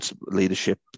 leadership